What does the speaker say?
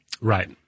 Right